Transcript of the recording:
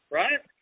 right